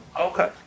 Okay